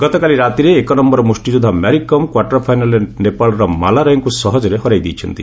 ଗତକାଲି ରାତିରେ ଏକନୟର ମୁଷ୍ଟିଯୋଦ୍ଧା ମ୍ୟାରିକମ୍ କ୍ତାର୍ଟର ଫାଇନାଲ୍ରେ ନେପାଳର ମାଲା ରାୟଙ୍କୁ ସହଜରେ ହରାଇ ଦେଇଛନ୍ତି